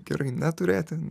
gerai neturėti